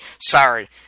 Sorry